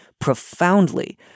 profoundly